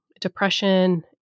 depression